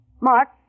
Mark